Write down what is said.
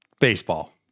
Baseball